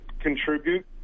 contribute